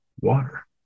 water